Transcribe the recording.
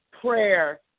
prayer